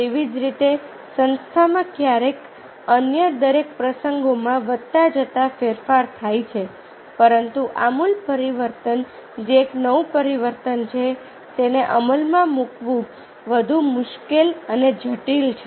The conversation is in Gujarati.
તેવી જ રીતે સંસ્થામાં ક્યારેક કે અન્ય દરેક પ્રસંગોમાં વધતા જતા ફેરફારો થાય છે પરંતુ આમૂલ પરિવર્તન જે એક નવું પરિવર્તન છે તેને અમલમાં મૂકવું વધુ મુશ્કેલ અને જટિલ છે